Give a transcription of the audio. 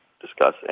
discuss